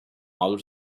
outer